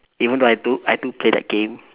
even though I do I do play that game